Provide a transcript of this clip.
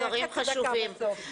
דברים חשובים.